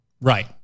right